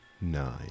Nine